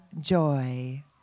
joy